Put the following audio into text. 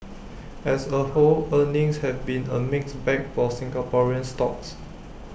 as A whole earnings have been A mixed bag for Singaporean stocks